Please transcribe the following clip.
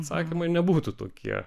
atsakymai nebūtų tokie